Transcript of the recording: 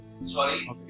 Sorry